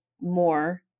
more